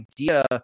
idea